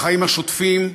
בחיים השוטפים,